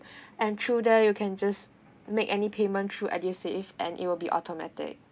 and through there you can just make any payment through edusave and it will be automatic